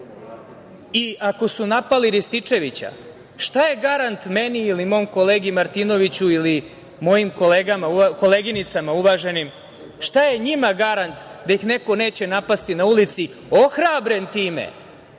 su napali Rističevića, šta je garant meni ili mom kolegi Martinoviću ili mojim koleginicama uvaženim, šta je njima garant da ih neko neće napasti na ulici, ohrabren time